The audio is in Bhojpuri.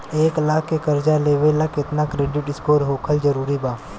एक लाख के कर्जा लेवेला केतना क्रेडिट स्कोर होखल् जरूरी बा?